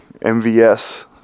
MVS